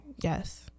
Yes